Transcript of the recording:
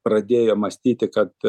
pradėjo mąstyti kad